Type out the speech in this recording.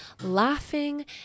laughing